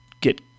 get